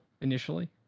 initially